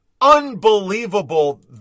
unbelievable